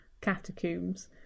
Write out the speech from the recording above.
catacombs